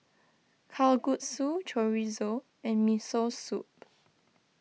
Kalguksu Chorizo and Miso Soup